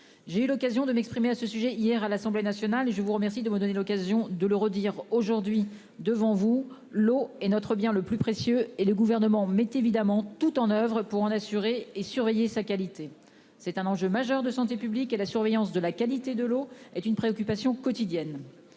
j'ai eu l'occasion de m'exprimer sur ce sujet hier à l'Assemblée nationale. Je vous remercie de me donner l'occasion de le redire aujourd'hui devant le Sénat : l'eau est notre bien le plus précieux, et le Gouvernement met évidemment tout en oeuvre pour en assurer et surveiller la qualité. Il s'agit d'un enjeu majeur de santé publique. La surveillance de la qualité de l'eau est une préoccupation quotidienne.